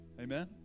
Amen